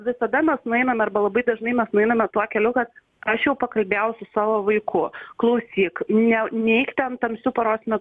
visada mes nueinam arba labai dažnai mes nueiname tuo keliu kad aš jau pakalbėjau su savo vaiku klausyk ne neik ten tamsiu paros metu